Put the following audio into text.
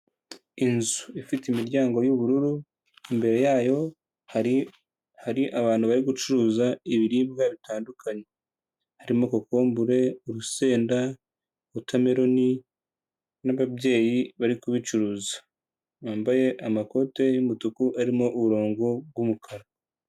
Inzu ifite imiryango y'ubururu imbere yayo hari hari abantu bari gucuruza ibiribwa bitandukanye, harimo kokombure, urusenda, wotameloni, n'ababyeyi bari kubicuruza bambaye amakoti y'umutuku arimo uburongo bw'umukara.